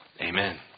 Amen